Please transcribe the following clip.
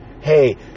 hey